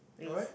what